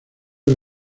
del